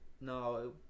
No